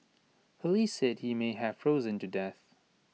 Police said he may have frozen to death